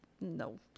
no